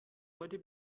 heute